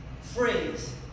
phrase